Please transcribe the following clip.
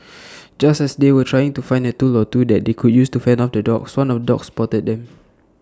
just as they were trying to find A tool or two that they could use to fend off the dogs one of the dogs spotted them